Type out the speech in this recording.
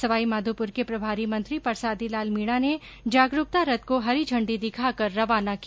सवाई माधोपुर के प्रभारी मंत्री परसादी लाल मीणा ने जागरूकता रथ को हरी झंडी दिखाकर रवाना किया